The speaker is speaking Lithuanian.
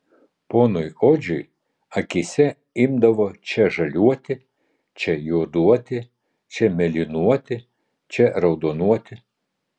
ponui odžiui akyse imdavo čia žaliuoti čia juoduoti čia mėlynuoti čia raudonuoti